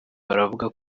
baravuga